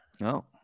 No